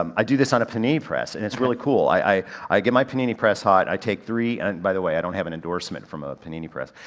um i do this on a panini press and it's really cool. i i get my panini press hot, i take three, and by the way i don't have an endorsement from a panini press.